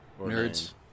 nerds